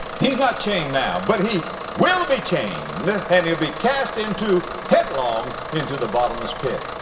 he's not chained now, but he will be chained and he'll be cast into, headlong into the bottomless pit.